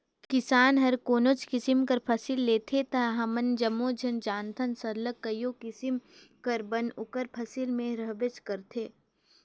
किसान हर कोनोच किसिम कर फसिल लेथे ता हमन जम्मो झन जानथन सरलग कइयो किसिम कर बन ओकर फसिल में रहबेच करथे